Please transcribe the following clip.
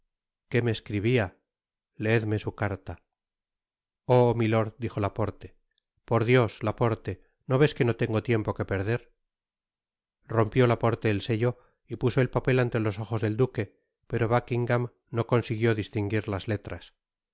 qué me escribia léeme su carta oh milord dijo laporte por dios laporte no ves que no tengo tiempo que perder rompió laporte el sello y puso el papel ante los ojos del duque pero buckingam no consiguió distinguir las letras